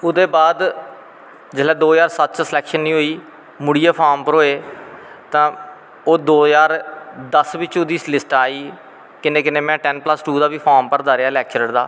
ओह्दै बाद जिसलै दो ज्हार सत्त च स्लैक्शन नेंई होई मुड़ियै फार्म भरोए तां ओह् दो ज्हार दस बिच्च ओग्दी लिस्ट आई कन्नै कन्नै में टैन प्लस टु दा बी फार्म भरदा रेहा लैक्चरर दा